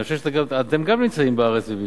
אני חושב שגם אתם נמצאים בארץ ובניינה.